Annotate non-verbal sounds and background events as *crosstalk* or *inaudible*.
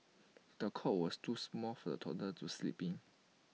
*noise* the cot was too small for the toddler to sleep in